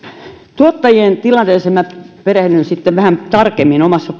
tuottajien tilanteeseen minä perehdyn sitten vähän tarkemmin omassa